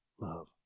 love